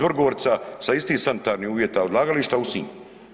Vrgorca sa istih sanitarnih uvjeta odlagališta u Sinj.